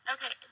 Okay